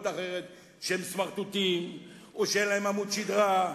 אחרות שהם סמרטוטים או שאין להם עמוד שדרה.